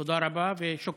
תודה רבה ושוכרן.